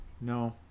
No